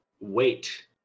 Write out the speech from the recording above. Wait